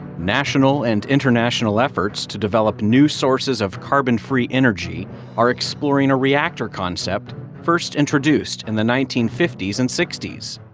national and international efforts to develop new sources of carbon free energy are exploring a reactor concept first introduced in the nineteen fifty s and sixty s